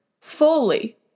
fully